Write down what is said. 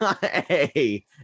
Hey